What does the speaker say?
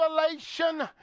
revelation